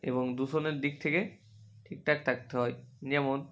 এবং দূষণের দিক থেকে ঠিকঠাক থাকতে হয় যেমন